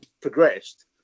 progressed